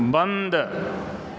बन्द